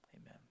amen